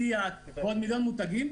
סיאט ועוד מיליון מותגים,